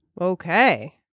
Okay